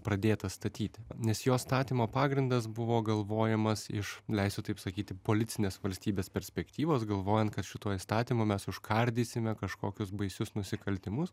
pradėtas statyti nes jo statymo pagrindas buvo galvojamas iš leisiu taip sakyti policinės valstybės perspektyvos galvojant kad šituo įstatymu mes užkardysime kažkokius baisius nusikaltimus